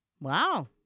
wow